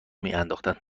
میانداختند